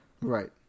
Right